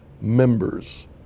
members